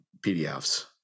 PDFs